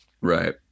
Right